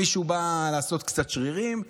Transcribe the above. מישהו בא לעשות קצת שרירים.